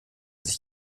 sich